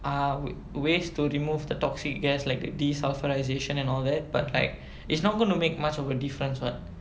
uh ways to remove the toxic gas like the desulfurization and all that but like it's not gonna make much of a difference [what]